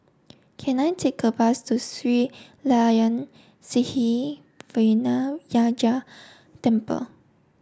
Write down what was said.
can I take a bus to Sri Layan Sithi Vinayagar Temple